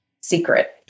secret